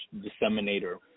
disseminator